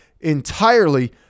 entirely